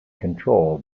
control